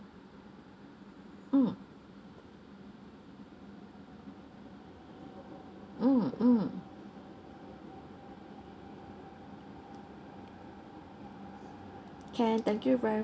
mm mm mm can thank you very